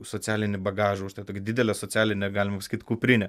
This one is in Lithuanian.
socialinį bagažą užtat tokią didelę socialinę galima sakyti kuprinę